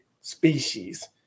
species